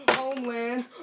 Homeland